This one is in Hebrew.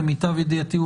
למיטב ידיעתי,